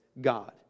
God